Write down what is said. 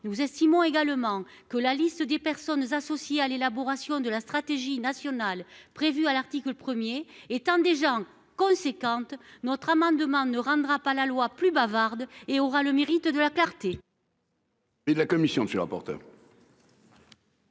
Nous estimons également que la liste des personnes associées à l'élaboration de la stratégie nationale prévue à l'article 1 étant déjà importante, cet amendement ne rendra pas la loi plus bavarde, tout en ayant le mérite de la clarté.